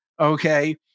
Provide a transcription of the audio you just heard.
okay